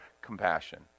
compassion